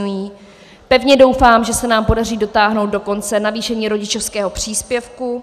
Pevně doufám, že se nám podaří dotáhnout do konce navýšení rodičovského příspěvku.